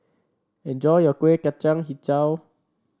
enjoy your Kueh Kacang hijau